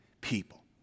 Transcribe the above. people